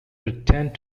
pretend